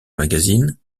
magazine